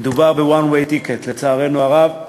מדובר ב-one way ticket, לצערנו הרב,